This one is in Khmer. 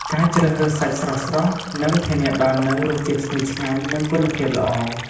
ការជ្រើសរើសសាច់ស្រស់ៗ នឹងធានាបាននូវរសជាតិឈ្ងុយឆ្ងាញ់ និងគុណភាពល្អ។